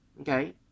Okay